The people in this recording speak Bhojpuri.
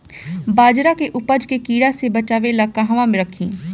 बाजरा के उपज के कीड़ा से बचाव ला कहवा रखीं?